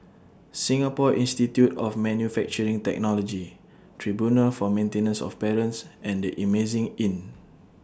Singapore Institute of Manufacturing Technology Tribunal For Maintenance of Parents and The Amazing Inn